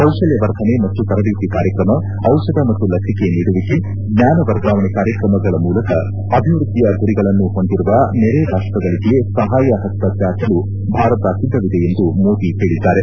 ಕೌಶಲ್ಯ ವರ್ಧನೆ ಮತ್ತು ತರಬೇತಿ ಕಾರ್ಯಕ್ರಮ ದಿಷಧ ಮತ್ತು ಲಸಿಕೆ ನೀಡುವಿಕೆ ಜ್ಙಾನ ವರ್ಗಾವಣೆ ಕಾರ್ಯಕ್ರಮಗಳ ಮೂಲಕ ಆಭಿವ್ಯದ್ದಿಯ ಗುರಿಗಳನ್ನು ಹೊಂದಿರುವ ನೆರೆ ರಾಷ್ಸಗಳಿಗೆ ಸಹಾಯ ಹಸ್ತ ಚಾಚಲು ಭಾರತ ಸಿದ್ದವಿದೆ ಎಂದು ಮೋದಿ ಹೇಳಿದ್ದಾರೆ